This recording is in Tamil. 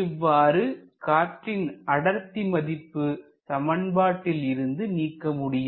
இவ்வாறு காற்றின் அடர்த்தி மதிப்பு சமன்பாட்டில் இருந்து நீக்க முடியும்